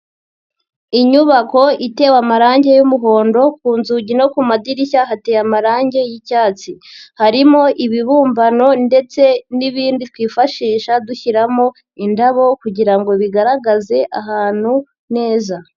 Inyubako itewe amarangi y'umuhondo ku nzugi no ku madirishya hateye amarangi y'icyatsi. Harimo ibibumbano ndetse n'ibindi twifashisha dushyiramo indabo kugira ngo bigaragaze ahantu neza.